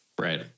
Right